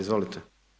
Izvolite.